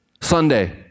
Sunday